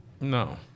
No